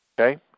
okay